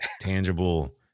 tangible